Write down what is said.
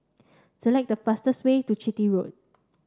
select the fastest way to Chitty Road